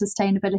sustainability